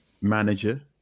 manager